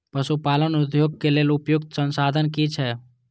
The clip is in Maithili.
पशु पालन उद्योग के लेल उपयुक्त संसाधन की छै?